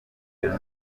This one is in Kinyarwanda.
iyo